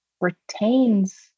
retains